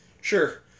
Sure